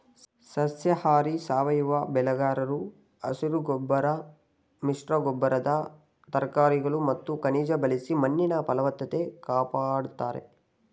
ಸಸ್ಯಾಹಾರಿ ಸಾವಯವ ಬೆಳೆಗಾರರು ಹಸಿರುಗೊಬ್ಬರ ಮಿಶ್ರಗೊಬ್ಬರದ ತರಕಾರಿಗಳು ಮತ್ತು ಖನಿಜ ಬಳಸಿ ಮಣ್ಣಿನ ಫಲವತ್ತತೆ ಕಾಪಡ್ತಾರೆ